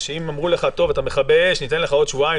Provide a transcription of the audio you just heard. שאם אמרו לך את המכבה אש ניתן לך בעוד שבועיים,